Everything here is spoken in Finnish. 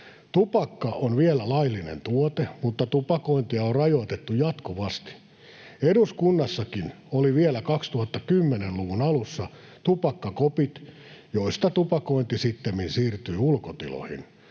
Tupakka on vielä laillinen tuote, mutta tupakointia on rajoitettu jatkuvasti. Eduskunnassakin oli vielä 2010-luvun alussa tupakkakopit, joista tupakointi sittemmin siirtyi ulkotiloihin.